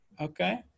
Okay